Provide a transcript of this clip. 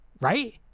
Right